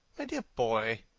my dear boy,